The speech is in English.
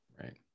Right